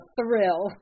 Thrill